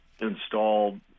Installed